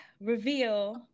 reveal